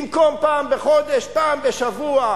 במקום פעם בחודש, פעם בשבוע.